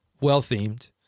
Well-themed